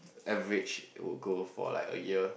average it would go for like a year